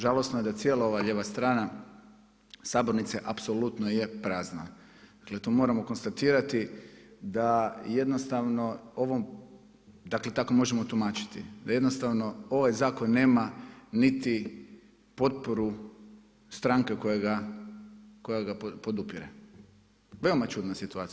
Žalosno je da cijela ova lijeva strana Sabornice apsolutno je prazna, dakle to moramo konstatirati da jednostavno da ovom, dakle to tako možemo tumačiti da jednostavno ovaj zakon nema niti potporu stranke koja ga podupire, veoma čudna situacija.